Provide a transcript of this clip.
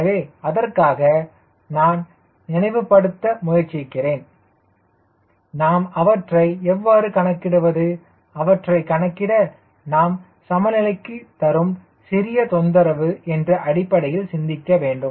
எனவே அதற்காக நான் நினைவுபடுத்த முயற்சிக்கிறேன் நாம் அவற்றை எவ்வாறு கணக்கிடுவது அவற்றை கணக்கிட நாம் சமநிலைக்கு தரும் சிறிய தொந்தரவு என்ற அடிப்படையில் சிந்திக்கவேண்டும்